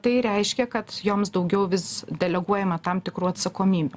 tai reiškia kad joms daugiau vis deleguojama tam tikrų atsakomybių